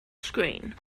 screen